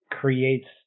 creates